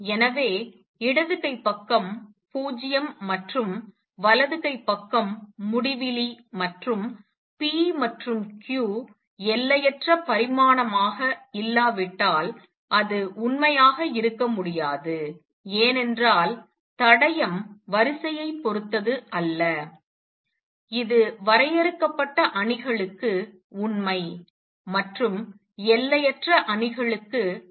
எனவே இடது கை பக்கம் 0 மற்றும் வலது கை பக்கம் முடிவிலி மற்றும் p மற்றும் q எல்லையற்ற பரிமாணமாக இல்லாவிட்டால் அது உண்மையாக இருக்க முடியாது ஏனென்றால் தடயம் வரிசையைப் பொறுத்தது அல்ல இது வரையறுக்கப்பட்ட அணிகளுக்கு உண்மை மற்றும் எல்லையற்ற அணிகளுக்கு அல்ல